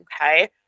okay